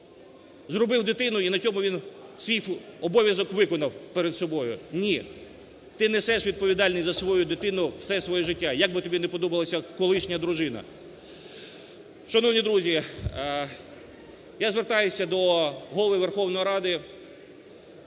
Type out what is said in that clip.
зробив дитину і на цьому він свій обов'язок виконав перед собою. Ні, ти несеш відповідальність за свою дитину все своє життя, як би тобі не подобалася колишня дружина. Шановні друзі, я звертаюсь до Голови Верховної Ради